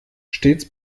stets